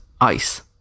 ice